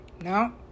No